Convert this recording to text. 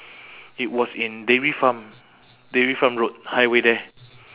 it was in dairy farm dairy farm road highway there